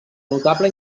notable